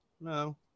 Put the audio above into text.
no